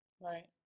Right